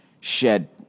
shed